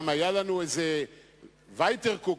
גם היה לנו "ווייטער קוק",